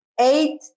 eight